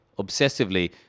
obsessively